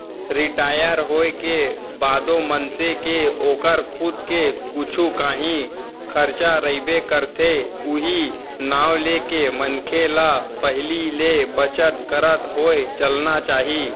retire होए के बादो मनसे के ओकर खुद के कुछु कांही खरचा रहिबे करथे उहीं नांव लेके मनखे ल पहिली ले बचत करत होय चलना चाही